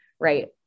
Right